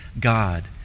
God